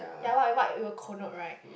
ya what what it will connote right